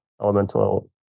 Elemental